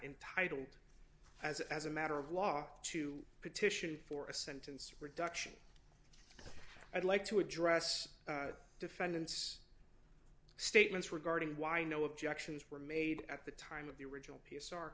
entitled as as a matter of law to petition for a sentence reduction i'd like to address defendant's statements regarding why no objections were made at the time of the original p